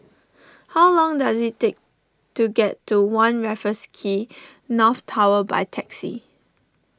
how long does it take to get to one Raffles Quay North Tower by taxi